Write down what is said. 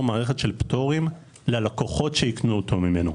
מערכת של פטורים ללקוחות שייקנו אותו ממנו.